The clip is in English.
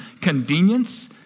convenience